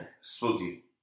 Spooky